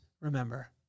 remember